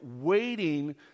waiting